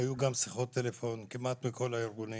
היו גם שיחות טלפון כמעט עם כל הארגונים.